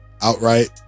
outright